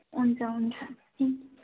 हुन्छ हुन्छ